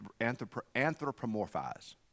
anthropomorphize